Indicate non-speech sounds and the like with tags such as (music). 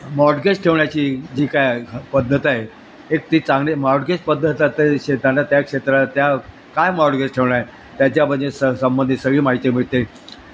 mortgage ठेवण्याची जी काय पद्धत आहे एक ती चांगली मॉडगेज पद्धत आता (unintelligible) त्या क्षेत्रात त्या काय मॉडगेज ठेवण्याय त्याच्या म्हणजे स संबंधित सगळी माहिती मिळते